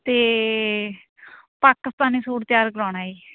ਅਤੇ ਪਾਕਿਸਤਾਨੀ ਸੂਟ ਤਿਆਰ ਕਰਾਉਣਾ ਜੀ